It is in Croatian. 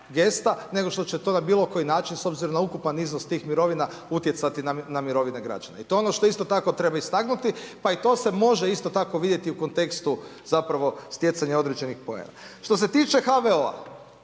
gesta, nego što će to na bilo koji način, s obzirom na ukupan iznos tih mirovina, utjecati na mirovine građane. I to je ono što isto tako treba istaknuti, pa to se i može isto tako vidjeti u kontekstu zapravo stjecanje određenih poena. Što se tiče HVO,